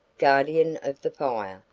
guardian of the fire,